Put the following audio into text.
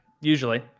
usually